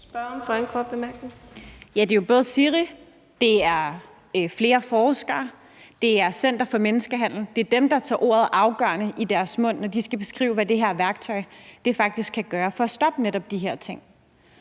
Kl. 14:14 Victoria Velasquez (EL): Det er jo både SIRI, flere forskere og Center mod Menneskehandel, der tager ordet afgørende i deres mund, når de skal beskrive, hvad det her værktøj faktisk kan gøre for at stoppe netop de her ting.